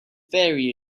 very